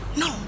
no